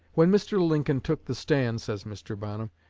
when mr. lincoln took the stand, says mr. bonham,